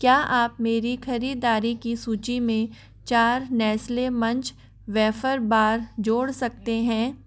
क्या आप मेरी ख़रीदारी की सूची में चार नेस्ले मंच वेफर बार जोड़ सकते हैं